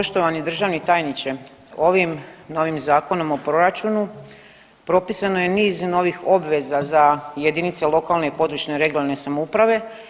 Poštovani državni tajniče, ovim novim Zakonom o proračunu propisano je niz novih obveza za jedinice lokalne i područne (regionalne) samouprave.